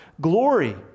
glory